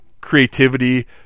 creativity